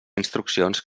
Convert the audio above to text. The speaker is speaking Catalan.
instruccions